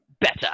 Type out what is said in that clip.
better